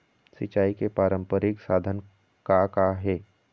सिचाई के पारंपरिक साधन का का हे?